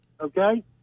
Okay